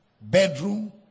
Bedroom